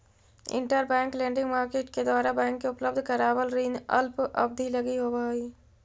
interbank lending market के द्वारा bank के उपलब्ध करावल ऋण अल्प अवधि लगी होवऽ हइ